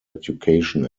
education